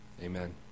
Amen